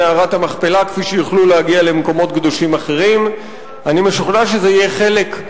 יפה, אז אני מייד אתייחס.